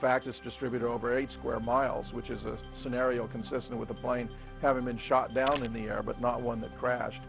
fact just distributed over eight square miles which is a scenario consistent with the plane having been shot down in the air but not one that crashed